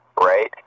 right